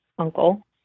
Uncle